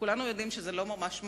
כולנו יודעים שזה לא ממש מנעמים,